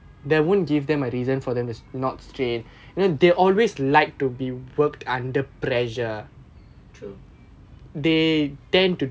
true